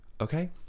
Okay